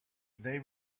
they